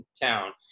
town